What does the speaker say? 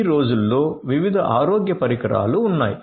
ఈ రోజుల్లో వివిధ ఆరోగ్య పరికరాలు ఉన్నాయి